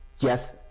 yes